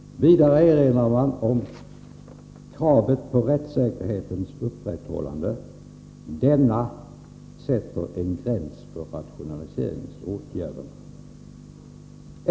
Vidare erinrar majoriteten om kravet på rättssäkerhetens upprätthållande. Detta sätter en gräns för rationaliseringsåtgärderna.